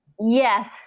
Yes